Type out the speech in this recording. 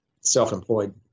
self-employed